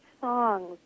songs